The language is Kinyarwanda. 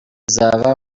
izaba